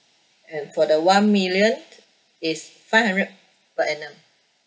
and for the one million is five hundred per annum